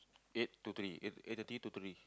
eight to three eight eight thirty to three